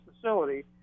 facility